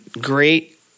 great